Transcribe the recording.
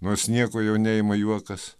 nors nieko jau neima juokas